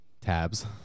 tabs